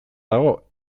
dago